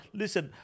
listen